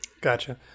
gotcha